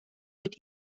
mit